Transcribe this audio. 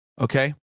okay